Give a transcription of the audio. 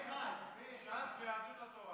ש"ס ויהדות התורה.